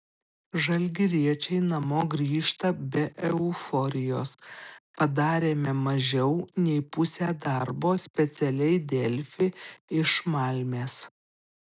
žalgiriečiai namo grįžta be euforijos padarėme mažiau nei pusę darbo specialiai delfi iš malmės